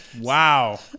Wow